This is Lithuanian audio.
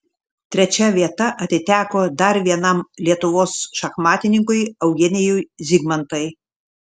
trečia vieta atiteko dar vienam lietuvos šachmatininkui eugenijui zigmantai